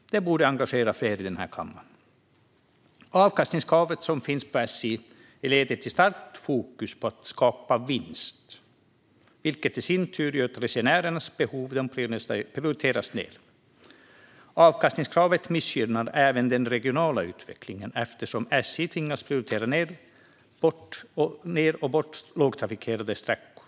SJ AB borde engagera fler i denna kammare. SJ:s avkastningskrav leder till ett starkt fokus på att skapa vinst, vilket gör att resenärernas behov prioriteras ned. Avkastningskravet missgynnar även den regionala utvecklingen eftersom SJ tvingas prioritera ned och bort lågtrafikerade sträckor.